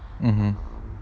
mmhmm